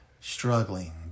struggling